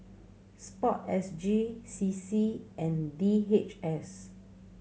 Sport S G C C and D H S